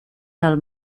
del